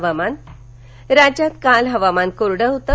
हवामान राज्यात काल हवामान कोरडं होतं